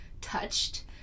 touched